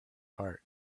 heart